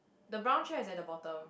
the brown chair is at the bottom